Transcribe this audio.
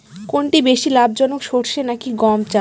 কোনটি বেশি লাভজনক সরষে নাকি গম চাষ?